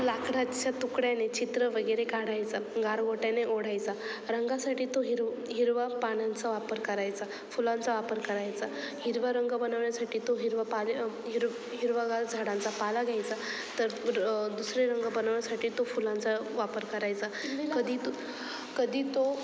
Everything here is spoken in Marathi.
लाकडाच्या तुकड्याने चित्र वगैरे काढायचा गारगोट्याने ओढायचा रंगासाठी तो हिर हिरवा पानांचा वापर करायचा फुलांचा वापर करायचा हिरवा रंग बनवण्यासाठी तो हिरवा पाले हिर हिरवागार झाडांचा पाला घ्यायचा तर र दुसरे रंग बनवण्यासाठी तो फुलांचा वापर करायचा कधी तु कधी तो